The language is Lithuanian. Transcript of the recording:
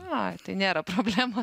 na tai nėra problema